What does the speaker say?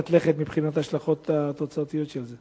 לכת מבחינת ההשלכות התוצאתיות של זה?